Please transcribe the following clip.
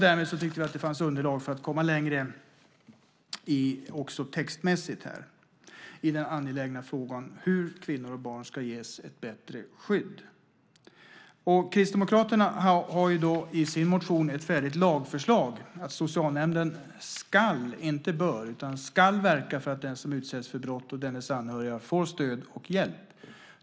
Därmed tyckte vi att det fanns underlag för att komma längre också textmässigt i den angelägna frågan om hur kvinnor och barn ska ges ett bättre skydd. Kristdemokraterna har i sin motion ett färdigt lagförslag, att socialnämnden skall , inte bör, verka för att den som utsätts för brott och dennes anhöriga får stöd och hjälp.